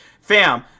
Fam